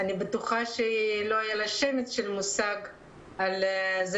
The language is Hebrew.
אני בטוחה שלא היה לה שמץ של מושג על זה